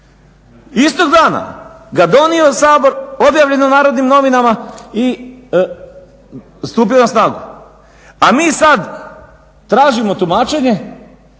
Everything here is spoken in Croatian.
Istog dana ga donio Sabor, objavljen u Narodnim novinama i stupio na snagu. A mi sad tražimo tumačenje